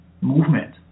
movement